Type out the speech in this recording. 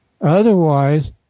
Otherwise